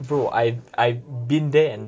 bro I I've been there and